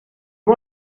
you